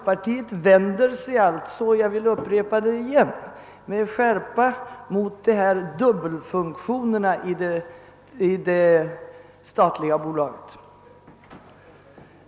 Jag upprepar att moderata samlingspartiet med skärpa vänder sig mot dubbla funktioner för det statliga bolaget.